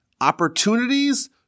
opportunities